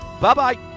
Bye-bye